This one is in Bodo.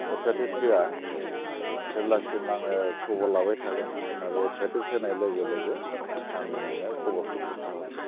एडभारटाइस होया जेब्लासिम आङो खबर लाबाय थागोन आरो एडभारटाइस होनाय लोगो लोगो आं नोंनो खबरखौ खोन्था हरगोन